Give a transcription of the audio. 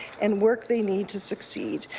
and work they need to succeed,